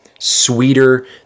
Sweeter